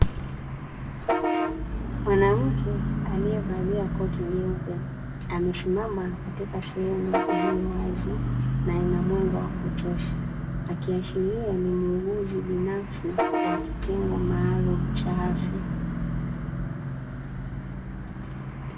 Mwanamke aliyevalia koti jeupe, amesimama katika sehemu iliyo wazi, na ina mwanga wa kutosha. Akiashiria ni muuguzi binafsi, wa kitengo maalumu cha afya.